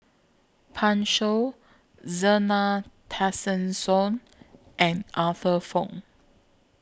Pan Shou Zena Tessensohn and Arthur Fong